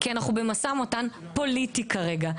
כי אנחנו במשא ומתן פוליטי כרגע.